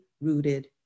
rooted